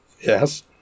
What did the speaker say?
Yes